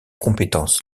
compétence